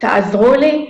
תעזרו לי.